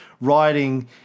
writing